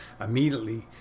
immediately